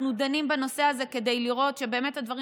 אנחנו דנים בנושא הזה כדי לראות שבאמת הדברים